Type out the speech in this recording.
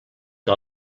que